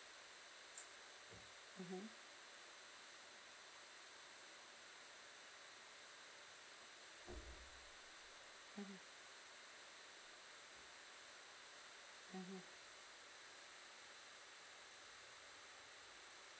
mmhmm mmhmm mmhmm